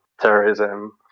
terrorism